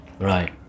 Right